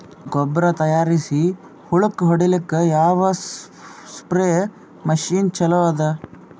ಗೊಬ್ಬರ ತಯಾರಿಸಿ ಹೊಳ್ಳಕ ಹೊಡೇಲ್ಲಿಕ ಯಾವ ಸ್ಪ್ರಯ್ ಮಷಿನ್ ಚಲೋ ಅದ?